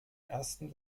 ersten